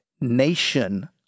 nation